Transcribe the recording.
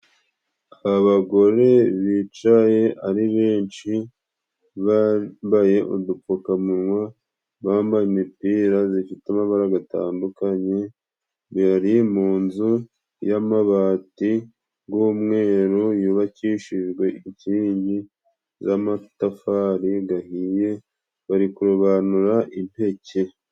Abagore bicaye ari benshi bambaye udupfukamunwa, bambaye imipira zifite amabara gatandukanye, bari mu nzu y'amabati g'umweru yubakishijwe inkingi z'amatafari gahiye bari kurobanura impeke.